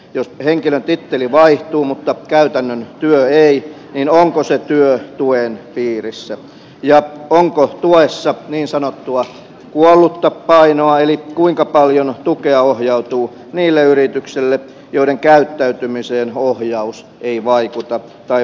jos henkilön titteli vaihtuu mutta käytännön työ ei niin onko se työ tuen piirissä ja onko tuessa niin sanottua kuollutta painoa eli kuinka paljon tukea ohjautuu niille yrityksille joiden käyttäytymiseen ohjaus ei vaikuta tai vaikuttaa vähän